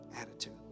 attitude